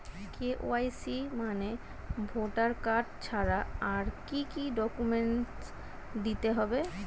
KYC মানে voter card ছাড়া আর কি কি ডকুমেন্ট দিতে হবে?